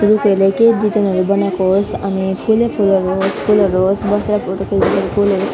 रुखहरूले केही डिजाइनहरू बनाएको होस् अनि फुलैफुलहरू होस् बसेर फोटो खिच्दा फुलहरू